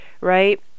right